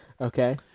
Okay